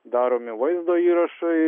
daromi vaizdo įrašai